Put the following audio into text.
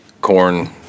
corn